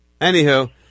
Anywho